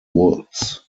woods